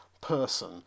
person